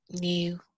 new